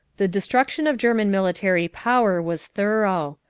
the destruction of german military power was thorough.